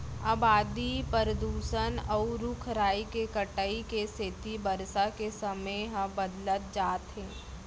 अबादी, परदूसन, अउ रूख राई के कटाई के सेती बरसा के समे ह बदलत जात हे